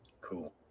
Cool